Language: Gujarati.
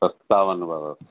સત્તાવન વર્ષ